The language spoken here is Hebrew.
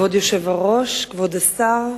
כבוד היושב-ראש, כבוד השר,